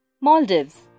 Maldives